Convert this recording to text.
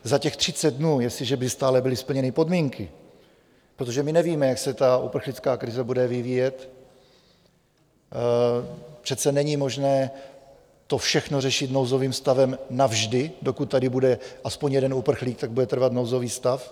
Za těch 30 dnů, jestliže by stále byly splněny podmínky, protože my nevíme, jak se ta uprchlická krize bude vyvíjet, přece není možné to všechno řešit nouzovým stavem navždy, dokud tady bude aspoň jeden uprchlík, tak bude trvat nouzový stav.